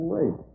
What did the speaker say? Wait